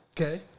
okay